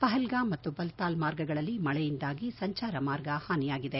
ಪಹಲ್ಲಾಮ್ ಹಾಗೂ ಬಲ್ಲಾಲ್ ಮಾರ್ಗಗಳಲ್ಲಿ ಮಳೆಯಿಂದಾಗಿ ಸಂಚಾರ ಮಾರ್ಗ ಹಾನಿಯಾಗಿದೆ